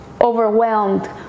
overwhelmed